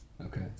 Okay